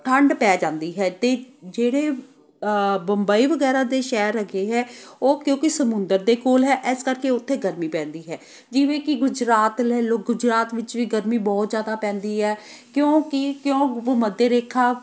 ਠੰਡ ਪੈ ਜਾਂਦੀ ਹੈ ਅਤੇ ਜਿਹੜੇ ਮੁੰਬਈ ਵਗੈਰਾ ਦੇ ਸ਼ਹਿਰ ਹੈਗੇ ਹੈ ਉਹ ਕਿਉਂਕਿ ਸਮੁੰਦਰ ਦੇ ਕੋਲ ਹੈ ਇਸ ਕਰਕੇ ਉੱਥੇ ਗਰਮੀ ਪੈਂਦੀ ਹੈ ਜਿਵੇਂ ਕਿ ਗੁਜਰਾਤ ਲੈ ਲਓ ਗੁਜਰਾਤ ਵਿੱਚ ਵੀ ਗਰਮੀ ਬਹੁਤ ਜ਼ਿਆਦਾ ਪੈਂਦੀ ਹੈ ਕਿਉਂਕਿ ਕਿਉਂ ਭੂ ਮੱਧ ਰੇਖਾ